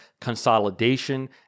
consolidation